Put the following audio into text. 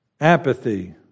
apathy